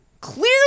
clearly